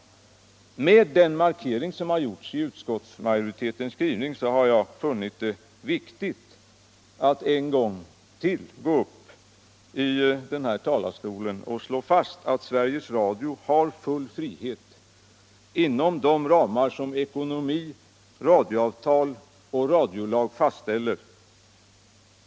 Med den markering som gjorts i utskottsmajoritetens skrivning har jag funnit det viktigt att än en gång gå upp i talarstolen och slå fast att Sveriges Radio har full frihet inom de ramar som ekonomi, radioavtal och radiolag fastställer.